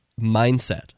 mindset